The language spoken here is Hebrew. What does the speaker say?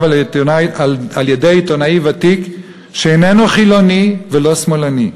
על-ידי עיתונאי ותיק שאיננו חילוני ולא שמאלני.